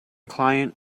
client